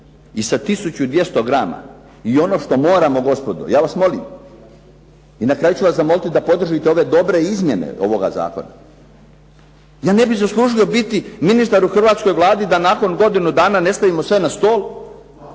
tisuću 200 grama. I ono što moramo gospodo, ja vas molim, i na kraju ću vas zamoliti da podržite ove dobre izmjene ovoga zakona, ja ne bih zaslužio biti ministar u hrvatskoj Vladi da nakon godinu dana ne stavimo sve na stol